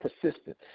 persistent